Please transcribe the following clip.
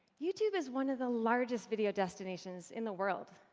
youtube is one of the largest video destinations in the world,